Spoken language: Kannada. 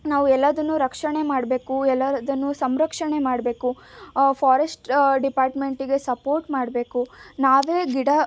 ನಾವು ಎಲ್ಲಾದನ್ನು ರಕ್ಷಣೆ ಮಾಡಬೇಕು ಎಲ್ಲಾದನ್ನು ಸಂರಕ್ಷಣೆ ಮಾಡಬೇಕು ಫಾರೆಸ್ಟ್ ಡಿಪಾರ್ಟ್ಮೆಂಟಿಗೆ ಸಪೋರ್ಟ್ ಮಾಡಬೇಕು ನಾವೇ ಗಿಡ